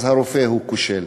אז הרופא כושל.